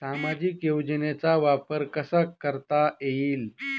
सामाजिक योजनेचा वापर कसा करता येईल?